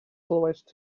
glywaist